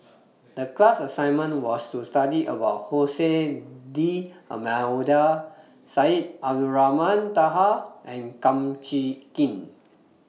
The class assignment was to study about Jose D'almeida Syed Abdulrahman Taha and Kum Chee Kin